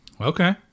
Okay